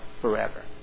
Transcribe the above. forever